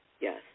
yes